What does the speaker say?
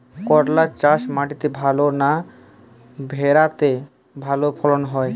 করলা চাষ মাটিতে ভালো না ভেরাতে ভালো ফলন হয়?